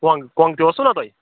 کۄنٛگ کۄنٛگ تہِ اوسوُ نہ تۄہہِ